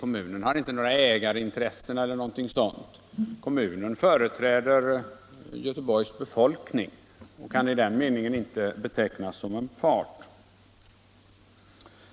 Kommunen har inte några ägarintressen eller liknande utan företräder Göteborgs befolkning och kan i den meningen inte betecknas som en part.